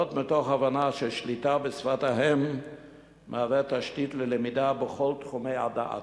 זאת מתוך הבנה ששליטה בשפת האם מהווה תשתית ללמידה בכל תחומי הדעת.